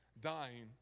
dying